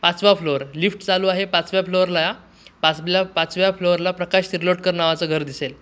पाचवा floor lift चालू आहे पाचव्या फ्लोअरला या पाचल्या पाचव्या फ्लोअरला प्रकाश तिर्लोटकर नावाचं घर दिसेल